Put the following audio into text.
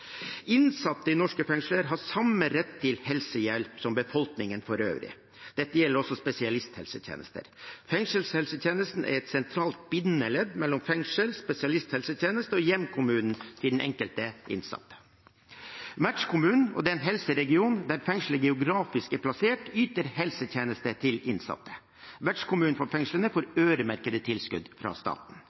Innsatte i norske fengsler har samme rett til helsehjelp som befolkningen for øvrig. Dette gjelder også spesialisthelsetjenester. Fengselshelsetjenesten er et sentralt bindeledd mellom fengsel, spesialisthelsetjeneste og hjemkommunen til den enkelte innsatte. Vertskommunen og den helseregionen der fengselet geografisk er plassert, yter helsetjenester til innsatte. Vertskommunen for fengslene får øremerkede tilskudd fra staten.